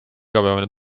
igapäevane